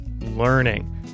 learning